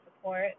support